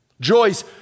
Joyce